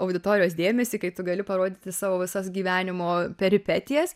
auditorijos dėmesį kai tu gali parodyti savo visas gyvenimo peripetijas